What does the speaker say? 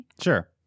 Sure